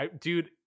Dude